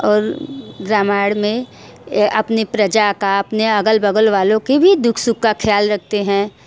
और रामायण में अपनी प्रजा का अपने अगल बग़ल का वालों के भी दुख सुख का ख़याल रखते हैं